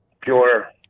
pure